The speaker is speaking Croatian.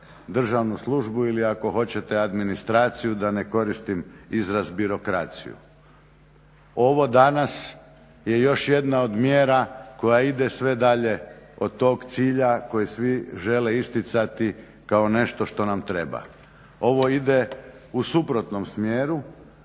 državnu službu ili ako hoćete administraciju da ne koristim izraz birokraciju. Ovo danas je još jedna od mjera koja ide sve dalje od tog cilja koji svi žele isticati kao nešto što nam treba. Ovo ide u suprotnom smjeru.